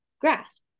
grasp